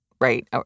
right